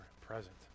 present